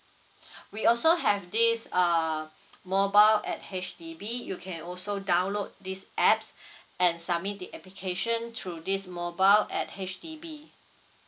we also have this err mobile at H_D_B you can also download this apps and submit the application through this mobile at H_D_B